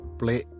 play